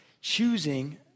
choosing